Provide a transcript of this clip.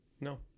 no